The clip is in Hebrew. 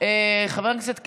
חבר הכנסת קיש,